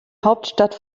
hauptstadt